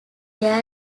their